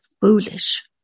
foolish